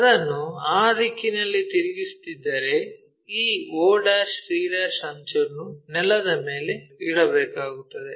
ಅದನ್ನು ಆ ದಿಕ್ಕಿನಲ್ಲಿ ತಿರುಗಿಸುತ್ತಿದ್ದರೆ ಈ oc ಅಂಚನ್ನು ನೆಲದ ಮೇಲೆ ಇಡಬೇಕಾಗುತ್ತದೆ